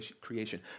creation